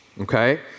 okay